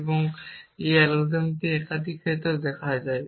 এবং এই অ্যালগরিদমটি একাধিক ক্ষেত্রে যায়